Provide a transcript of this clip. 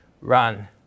run